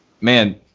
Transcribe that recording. man